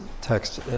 text